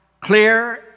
clear